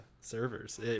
servers